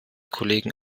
kollegen